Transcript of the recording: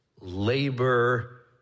labor